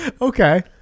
Okay